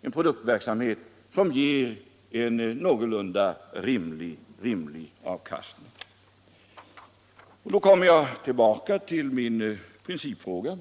en produktverksamhet som ger en någorlunda rimlig avkastning kan garanteras. Jag kommer därvid tillbaka till min principfråga.